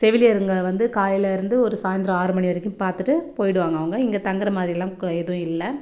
செவிலியருங்க வந்து காலையிலேருந்து ஒரு சாய்ந்தரம் ஆறுமணி வரைக்கும் பார்த்துட்டு போய்டுவாங்க அவங்க இங்கே தங்குகிற மாதிரிலாம் எதுவும் இல்லை